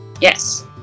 Yes